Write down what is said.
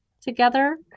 together